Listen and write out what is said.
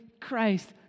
Christ